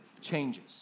changes